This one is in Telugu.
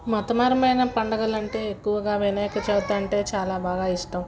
మతపరమైన పండుగలంటే ఎక్కువగా వినాయకచవితంటే చాలా బాగా ఇష్టం